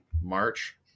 march